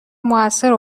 موثر